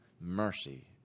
mercy